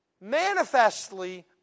manifestly